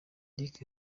lick